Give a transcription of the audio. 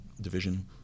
division